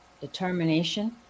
Determination